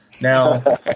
Now